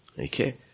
Okay